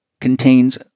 Contains